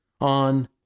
on